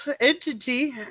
Entity